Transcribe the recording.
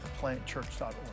theplantchurch.org